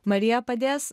marija padės